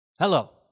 Hello